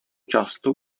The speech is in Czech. často